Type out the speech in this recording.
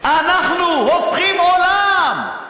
אנחנו הופכים עולם.